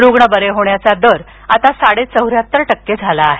रुग्ण बरे होण्याचा दर आता साडेचौऱ्याहत्तर टक्के झाला आहे